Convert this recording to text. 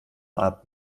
art